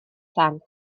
sant